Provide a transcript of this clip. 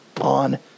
on